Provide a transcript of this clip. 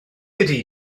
ydy